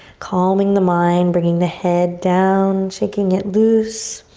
calming the mind, bringing the head down, shaking it loose